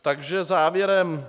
Takže závěrem.